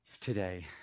today